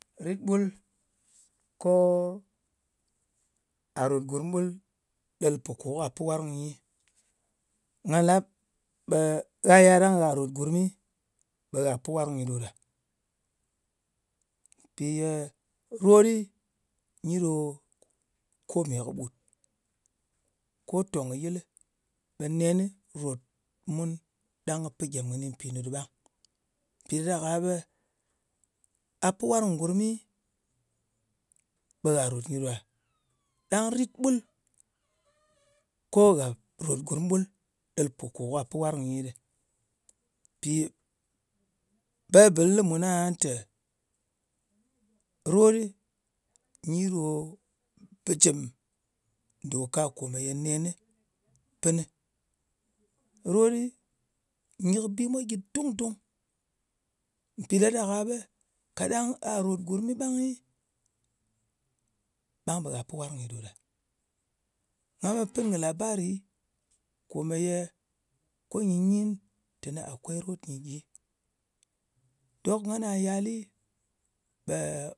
Rit ɓul kwa ròt gurm ɓul ɗel kò kmo gha pɨn warng nyi. Nga lab, ɓe yal ɗang gha ròt gurmɨ ɓe gha pi warng nyɨ ɗo ɗa. Mpì ye rot ɗɨ nyi ɗo kome kɨɓut. Ko tòng kɨ yɨlɨ ɓe nen ròt mun ɗang kɨ pɨn gyem kɨni mpinu ɗɨ ɓang. Mpì ɗa ɗak-a ɓe gha pɨ warng ngurmi, ɓe gha ròt nyɨ ɗo ɗa. Ɗang rit ɓul ko ghà ròt gurm ɓul ɗel pò kò ka pi warng nyi ɗɨ. Mpì bebɨl lɨ mùn aha te, rot ɗɨ nyi ɗo bɨjɨm dòka kome nenɨ pɨn nɨ. Rot ɗɨ nyɨ kɨ bi mwa gyɨ dung-dung. Mpì ɗa ɗak-a ɓe kaɗang a ròt gurmɨ, ɓangɨ, ɓang ɓe gha pɨ warng nyɨ ɗo ɗa. Nga met pɨn kɨ labari kòmeye ko nyɨ nyin teni akwei rot nyɨ gyi. Ɗok ngana yali, ɓe